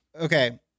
okay